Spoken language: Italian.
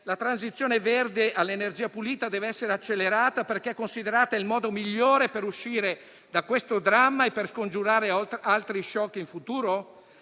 la transizione verde all'energia pulita deve essere accelerata perché considerata il modo migliore per uscire da questo dramma e per scongiurare altri *shock* in futuro?